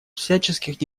всяческих